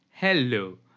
Hello